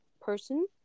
person